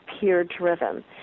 peer-driven